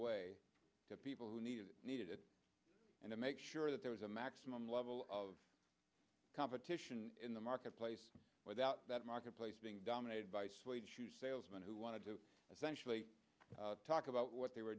way to people who needed it needed it and then make sure that there was a maximum level of competition in the marketplace without that marketplace being dominated by salesmen who wanted to essentially talk about what they were